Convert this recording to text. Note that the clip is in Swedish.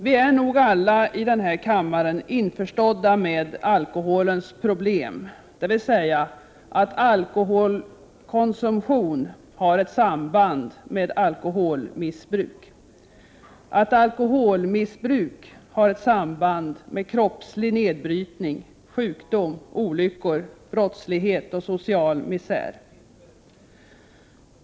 Vi inser nog alla i denna kammare alkoholens problem, dvs. att alkoholkonsumtion har ett samband med alkoholmissbruk, att alkoholmissbruk har ett samband med kroppslig nedbrytning, sjukdom, olyckor, brottslighet och social misär.